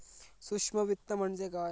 सूक्ष्म वित्त म्हणजे काय?